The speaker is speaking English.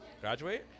graduate